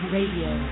Radio